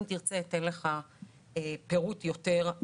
אם תרצה, אתן לך יותר פירוט בהמשך.